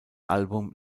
album